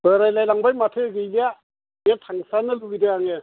बोरायलाय लांबाय माथो गैलिया बेयाव थांथारनो लुबैदों आङो